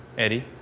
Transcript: eddie.